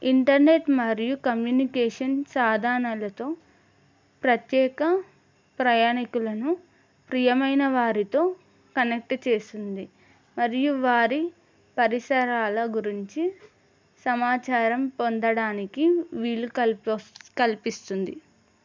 internet మరియు communication సాధనాలతో ప్రత్యేక ప్రయాణికులను ప్రియమైన వారితో కనెక్ట్ చేస్తుంది మరియు వారి పరిసరాల గురించి సమాచారం పొందడానికి వీలు కల్ప కల్పిస్తుంది